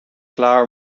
klaar